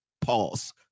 Pause